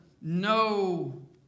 no